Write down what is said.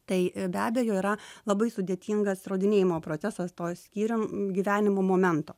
tai be abejo yra labai sudėtingas įrodinėjimo procesas to skyrium gyvenimo momento